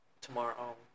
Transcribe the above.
tomorrow